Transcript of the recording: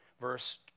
verse